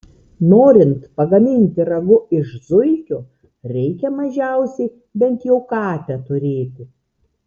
norint pagaminti ragu iš zuikio reikia mažiausiai bent jau katę turėti